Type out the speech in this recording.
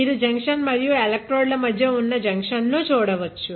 మీరు జంక్షన్ మరియు ఎలక్ట్రోడ్ ల మధ్య ఉన్న జంక్షన్ ను చూడవచ్చు